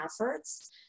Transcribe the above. efforts